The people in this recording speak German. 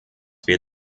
wir